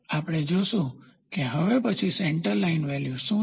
આપણે જોશું કે હવે પછી સેન્ટર લાઇન વેલ્યુ શું છે